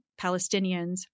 Palestinians